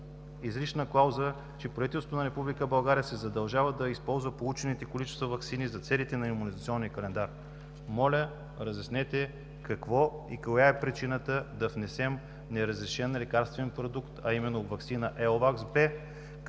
изрична клауза, цитирам: „Правителството на Република България се задължава да използва получените количества ваксини за целите на Имунизационния календар”? Моля, разяснете какво и коя е причината да внесем неразрешен лекарствен продукт – ваксина Еувакс